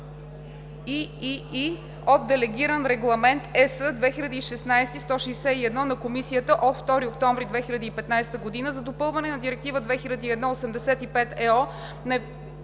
iii) от Делегиран регламент (ЕС) 2016/161 на Комисията от 2 октомври 2015 година за допълване на Директива 2001/83/ЕО